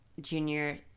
junior